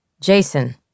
Jason